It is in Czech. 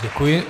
Děkuji.